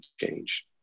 change